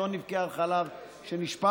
לא נבכה על חלב שנשפך.